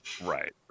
Right